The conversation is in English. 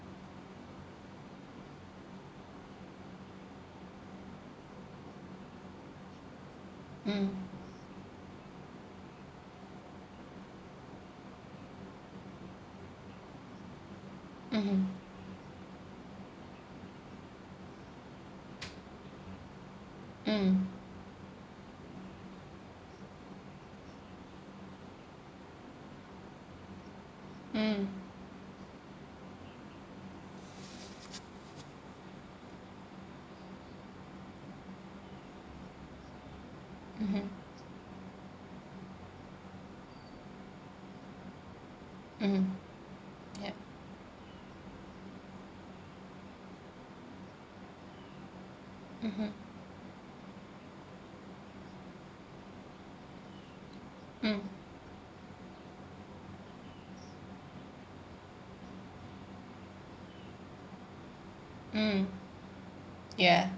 mm mmhmm mm mm mmhmm mmhmm yup mmhmm mm mm ya